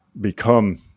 become